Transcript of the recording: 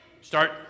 start